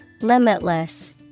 Limitless